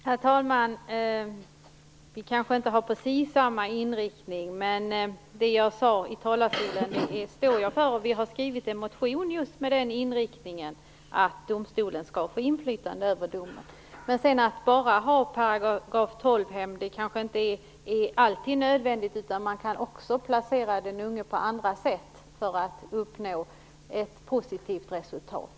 Herr talman! Vi kanske inte har precis samma inriktning, men det jag sade i talarstolen står jag för. Vi har skrivit en motion med just den inriktningen att domstolen skall få inflytande över domen. Det kanske inte är nödvändigt att bara ha paragraf 12-hem. Man kan också placera den unge på andra sätt för att uppnå ett positivt resultat.